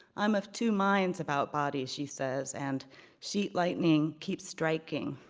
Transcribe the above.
i'm of two minds about bodies, she says, and sheet lightning keeps striking,